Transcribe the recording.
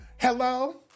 Hello